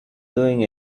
doing